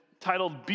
titled